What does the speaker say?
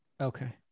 Okay